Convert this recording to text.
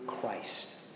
Christ